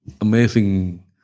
Amazing